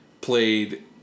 played